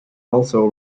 also